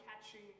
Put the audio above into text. catching